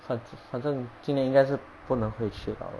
反反正今年应该是不能回去了